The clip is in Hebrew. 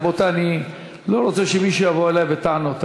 רבותי, אני לא רוצה שמישהו יבוא אלי בטענות.